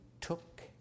took